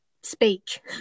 speak